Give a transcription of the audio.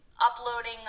uploading